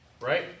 right